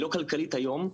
היא לא כלכלית היום.